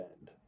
end